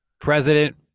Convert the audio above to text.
President